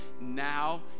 now